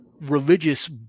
religious